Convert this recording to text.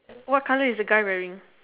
what colour is the guy wearing